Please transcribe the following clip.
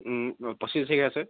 পঁচিছ তাৰিখে আছে